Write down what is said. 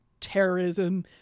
terrorism